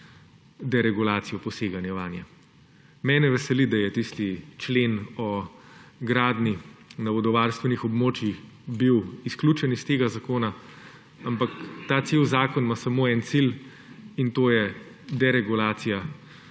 deregulacijo poseganja vanje. Mene veseli, da je bil tisti člen o gradnji na vodovarstvenih območjih izključen iz tega zakona, ampak ta cel zakon ima samo en cilj, in to je deregulacija